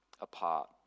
apart